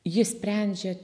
ji sprendžia